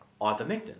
ivermectin